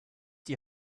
die